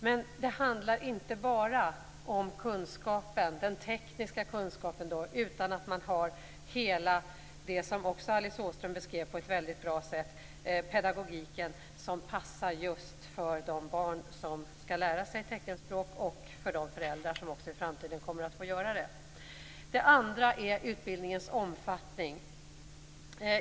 Men det handlar inte bara om den tekniska kunskapen utan också om att man har hela den pedagogik som passar för barn som skall lära sig teckenspråk och också för de föräldrar som i framtiden kommer att få göra det. Det andra är utbildningens omfattning.